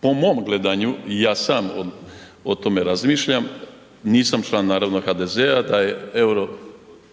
po mom gledanju ja sam o tome razmišljam, nisam član naravno HDZ-a da je EUR-o